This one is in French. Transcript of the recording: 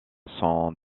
sont